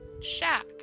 shack